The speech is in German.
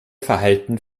verhalten